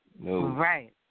Right